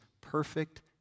perfect